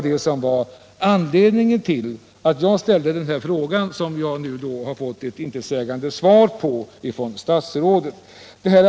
Det är anledningen till att jag ställt den fråga som jag nu från statsrådet fått ett intetsägande svar på —- det är alltså inget nytt.